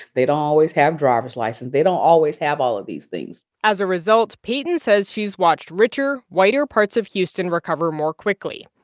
they don't always have driver's license. they don't always have all of these things as a result, payton says she's watched richer, whiter parts of houston recover more quickly.